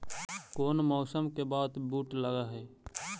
कोन मौसम के बाद बुट लग है?